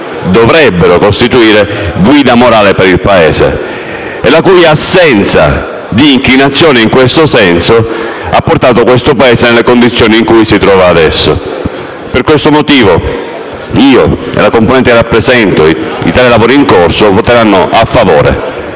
dovrebbero costituire guida morale per il Paese e la cui mancanza di inclinazione in questo senso ha portato questo Paese alle condizioni in cui si trova adesso. Per questo motivo io e la componente che rappresento nel Gruppo Misto, Italia Lavori